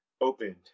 opened